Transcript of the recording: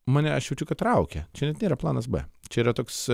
mane aš jaučiu kad traukia čia net nėra planas b čia yra toks